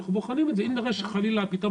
אנחנו בוחנים את זה ואם נראה שחלילה פתאום